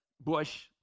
Bush